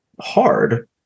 hard